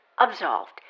absolved